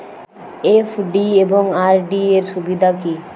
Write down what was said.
FD এবং RD এর সুবিধা কী?